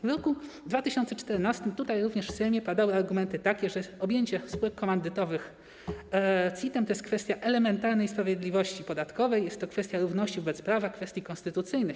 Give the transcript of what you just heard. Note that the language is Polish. W roku 2014 tutaj również w Sejmie padały argumenty takie, że objęcie spółek komandytowych CIT-em to jest kwestia elementarnej sprawiedliwości podatkowej, to jest kwestia równości wobec prawa, kwestii konstytucyjnych.